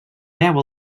veu